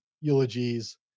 eulogies